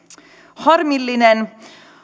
harmillisen